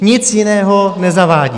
Nic jiného nezavádí.